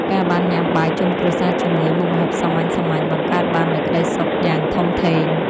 ការបានញ៉ាំបាយជុំគ្រួសារជាមួយមុខម្ហូបសាមញ្ញៗ បង្កើតបាននូវក្តីសុខយ៉ាងធំធេង។